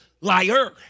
liar